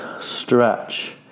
stretch